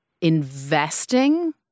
investing